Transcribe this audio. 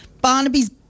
Barnaby's